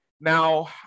Now